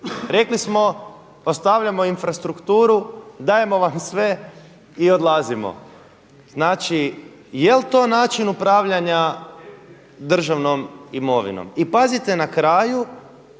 Rekli smo, ostavljamo infrastrukturu, dajemo vam sve i odlazimo. Znači, jel' to način upravljanja državnom imovinom? I pazite na kraju,